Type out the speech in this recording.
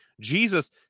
Jesus